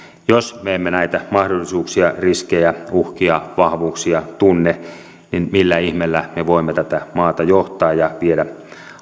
jos me emme näitä mahdollisuuksia riskejä uhkia vahvuuksia tunne niin millä ihmeellä me voimme tätä maata johtaa ja viedä